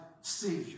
Savior